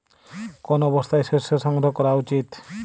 কোন অবস্থায় শস্য সংগ্রহ করা উচিৎ?